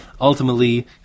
ultimately